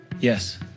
Yes